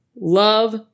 Love